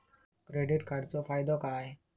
Credit कार्डाचो फायदो काय?